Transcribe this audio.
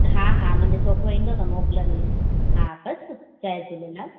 हा हा मुंहिंजो छोकिरो ईंदो त मोकिलिंदसि हा बसि जय झूलेलाल